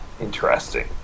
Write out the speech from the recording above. Interesting